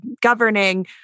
governing